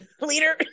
leader